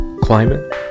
climate